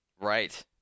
Right